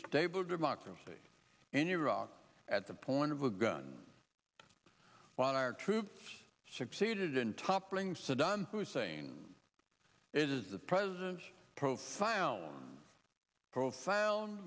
stable democracy in iraq at the point of a gun while our troops succeeded in toppling saddam hussein it is the president's profound profound